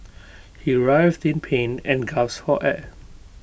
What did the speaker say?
he writhed in pain and gasped for air